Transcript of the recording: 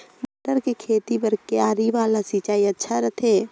मटर के खेती बर क्यारी वाला सिंचाई अच्छा रथे?